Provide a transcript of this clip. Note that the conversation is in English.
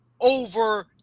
over